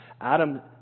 Adam